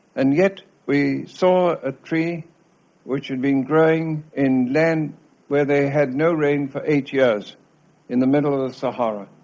and yet we saw a tree which had been growing in land where they had no rain for eight years in the middle of the sahara.